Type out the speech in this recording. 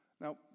Now